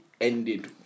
ended